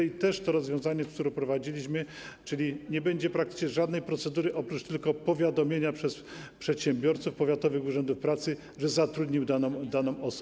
Jest to rozwiązanie, które wprowadziliśmy, czyli nie będzie praktycznie żadnej procedury, oprócz tylko powiadomienia przez przedsiębiorców powiatowych urzędów pracy, że zatrudniono daną osobę.